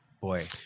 Boy